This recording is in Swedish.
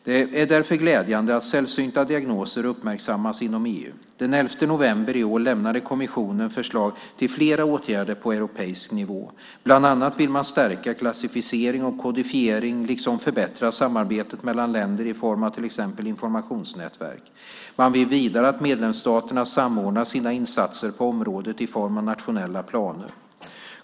Det är därför glädjande att sällsynta diagnoser uppmärksammas inom EU. Den 11 november i år lämnade kommissionen förslag till flera åtgärder på europeisk nivå. Bland annat vill man stärka klassificering och kodifiering liksom förbättra samarbetet mellan länder i form av till exempel informationsnätverk. Man vill vidare att medlemsstaterna samordnar sina insatser på området i form av nationella planer.